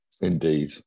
indeed